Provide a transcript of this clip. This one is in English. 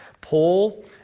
Paul